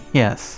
yes